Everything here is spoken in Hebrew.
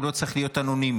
הוא לא צריך להיות אנונימי.